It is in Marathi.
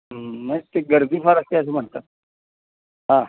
मग ते गर्दी फार असते असं म्हणतात हां